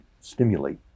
stimulate